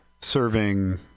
serving